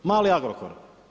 Mali Agrokor.